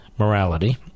morality